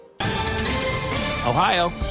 Ohio